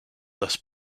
thus